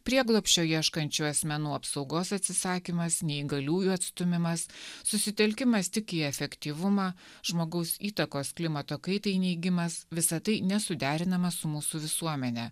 prieglobsčio ieškančių asmenų apsaugos atsisakymas neįgaliųjų atstūmimas susitelkimas tik į efektyvumą žmogaus įtakos klimato kaitai neigimas visa tai nesuderinama su mūsų visuomene